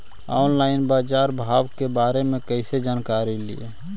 Online बाजार भाव के बारे मे कैसे जानकारी ली?